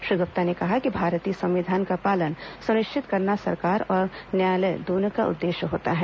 श्री गुप्ता ने कहा कि भारतीय संविधान का पालन सुनिश्चित करना सरकार और न्यायालय दोनों का उद्देश्य होता है